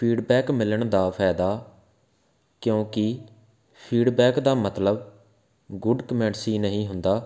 feedback ਮਿਲਣ ਦਾ ਫਾਇਦਾ ਕਿਉਂਕਿ ਫੀਡਬੈਕ ਦਾ ਮਤਲਬ ਗੁਡ ਕਮੈਂਟਸ ਹੀ ਨਹੀਂ ਹੁੰਦਾ